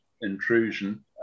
intrusion